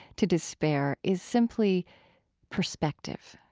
to despair is simply perspective.